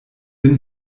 den